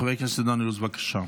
חבר הכנסת דן אילוז, בבקשה.